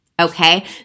Okay